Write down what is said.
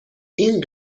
این